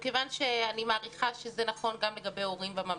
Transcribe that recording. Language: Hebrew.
כיוון שאני מעריכה שזה נכון גם לגבי הורים בממלכתי,